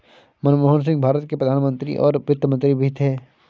मनमोहन सिंह भारत के प्रधान मंत्री और वित्त मंत्री भी थे